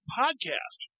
podcast